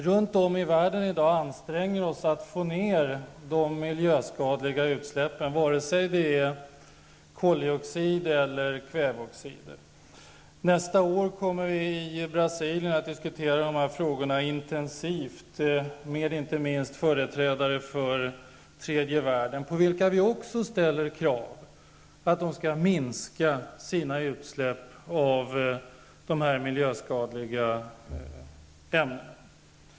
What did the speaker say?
Runt om i världen görs i dag ansträngningar för att minska de miljöskadliga utsläppen vare sig det gäller koldioxid eller kväveoxider. Nästa år kommer vi att diskutera dessa frågor intensivt vid det möte som äger rum i Brasilien, inte minst med företrädarna för tredje världen. Vi ställer ju också krav på att tredje världen skall minska utsläppen av miljöskadliga ämnen.